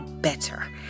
better